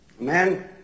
Amen